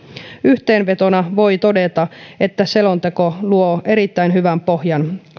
yhteenvetona voi todeta että selonteko luo erittäin hyvän pohjan